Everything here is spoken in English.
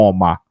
Oma